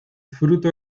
fruto